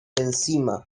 encima